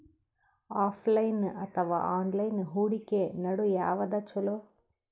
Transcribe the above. Offline ಅಥವಾ online ಹೂಡಿಕೆ ನಡು ಯವಾದ ಛೊಲೊ?